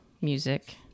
music